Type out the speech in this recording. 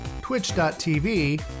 twitch.tv